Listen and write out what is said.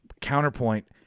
Counterpoint